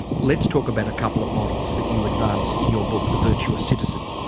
let's talk about a couple of models that you advance in your book the virtuous citizen.